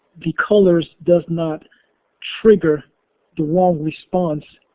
the colors does not trigger the wrong response,